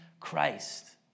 Christ